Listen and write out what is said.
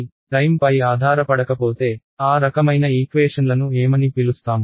కాబట్టి టైమ్ పై ఆధారపడకపోతే ఆ రకమైన ఈక్వేషన్లను ఏమని పిలుస్తాము